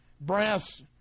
brass